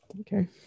Okay